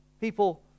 people